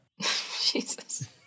Jesus